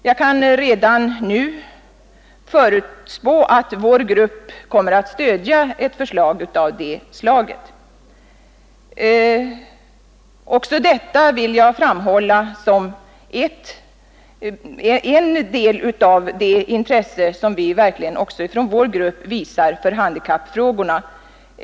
Jag kan redan nu förutspå att vår grupp kommer att stödja ett förslag av det slaget. Jag vill framhålla att också detta är en del av det intresse som vi från vår grupp visar för handikappfrågorna.